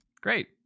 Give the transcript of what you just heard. great